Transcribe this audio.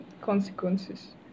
consequences